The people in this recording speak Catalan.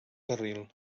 carril